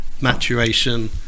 maturation